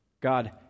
God